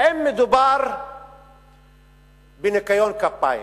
האם מדובר בניקיון כפיים?